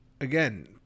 again